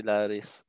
Laris